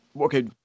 okay